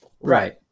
Right